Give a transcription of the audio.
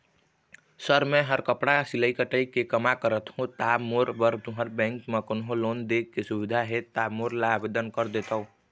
Sir मेहर कपड़ा सिलाई कटाई के कमा करत हों ता मोर बर तुंहर बैंक म कोन्हों लोन दे के सुविधा हे ता मोर ला आवेदन कर देतव?